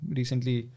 recently